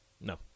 No